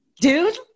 dude